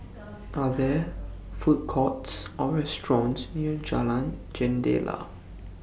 Are There Food Courts Or restaurants near Jalan Jendela